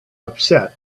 upset